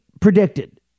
predicted